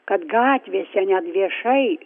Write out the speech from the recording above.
kad gatvėse net viešai